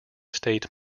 state